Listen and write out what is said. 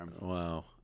wow